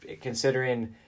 considering